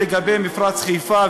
לגבי מפרץ חיפה,